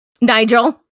Nigel